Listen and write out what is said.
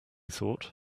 thought